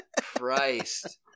Christ